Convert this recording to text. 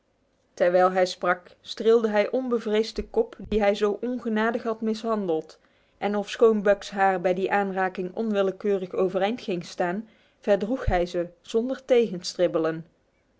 terwijl hij sprak streelde hij onbevreesd de kop die hij zo ongenadig had mishandeld en ofschoon buck's haar bij die aanraking onwillekeurig overeind ging staan verdroeg hij ze